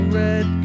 red